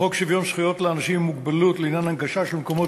בחוק שוויון זכויות לאנשים עם מוגבלות לעניין הנגשת מקומות